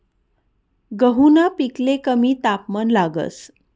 गहूना पिकले कमी तापमान लागस